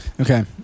Okay